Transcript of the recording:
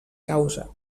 causa